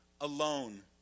alone